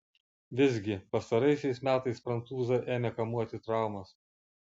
visgi pastaraisiais metais prancūzą ėmė kamuoti traumos